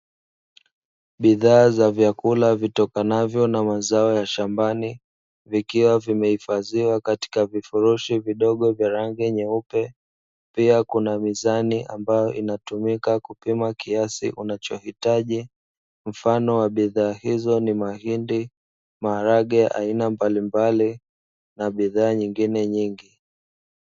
Bidhaa za vyakula vitokanavyo na mazao ya shambani, vikiwa vimehifadhiwa katika vifurushi vidogo vya rangi nyeupe, pia kuna mizani ambayo inatumika kupima kiasi unachohitaji mfano wa bidhaa hizo ni mahindi, maharage aina mbalimbali na bidhaa nyingine nyingi.